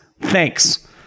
thanks